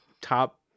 top